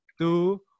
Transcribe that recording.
Two